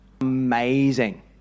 amazing